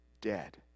dead